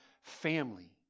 family